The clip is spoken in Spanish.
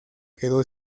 quedó